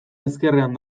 ezkerrean